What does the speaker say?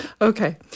Okay